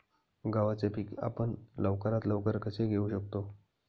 गव्हाचे पीक आपण लवकरात लवकर कसे घेऊ शकतो?